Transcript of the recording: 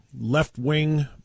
left-wing